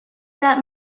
that